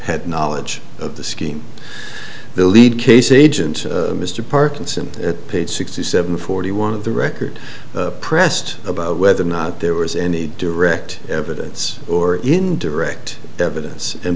had knowledge of the scheme the lead case agent mr parkinson page sixty seven forty one of the record pressed about whether or not there was any direct evidence or indirect evidence and